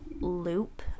loop